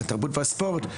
התרבות והספורט,